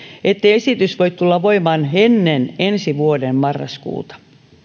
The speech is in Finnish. ettei esitys voi tulla voimaan ennen ensi vuoden marraskuuta